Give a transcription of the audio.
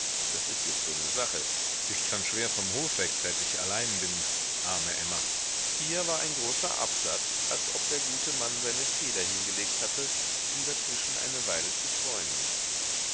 das ist jez so ne sache ich kan schwer vom hofe weg seit ich allein bin meine arme emma hier war ein großer absatz als ob der gute mann seine feder hingelegt hatte um dazwischen eine weile zu träumen